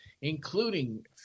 including